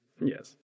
Yes